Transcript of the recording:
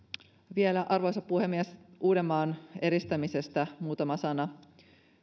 vielä arvoisa puhemies uudenmaan eristämisestä muutama sana